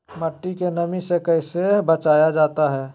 मट्टी के नमी से कैसे बचाया जाता हैं?